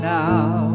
now